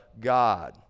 God